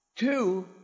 Two